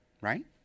Right